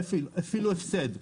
אפילו הפסד,